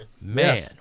Man